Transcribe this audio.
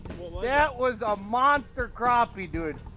that was a monster crappie, dude!